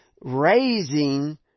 raising